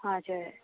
हजुर